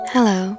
Hello